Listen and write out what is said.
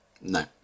No